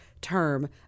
term